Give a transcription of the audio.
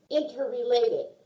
interrelated